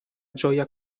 gioia